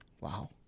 Wow